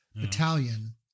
battalion